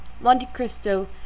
Monte-Cristo